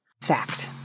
Fact